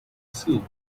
see